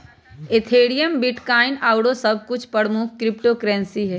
Ethereum, bitcoin आउरो सभ कुछो प्रमुख क्रिप्टो करेंसी हइ